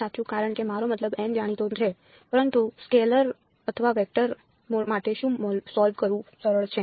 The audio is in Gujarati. સાચું કારણ કે મારો મતલબ જાણીતો છે પરંતુ સ્કેલર અથવા વેક્ટર માટે શું સોલ્વ કરવું સરળ છે